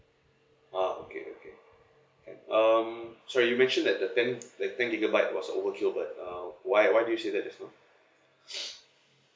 ah okay okay and um so you mentioned that the ten the ten gigabyte was overkill but um why why do you said that just now